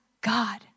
God